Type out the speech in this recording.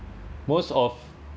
most of